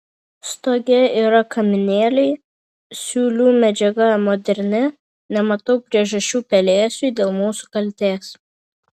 stoge yra kaminėliai siūlių medžiaga moderni nematau priežasčių pelėsiui dėl mūsų kaltės